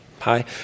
Hi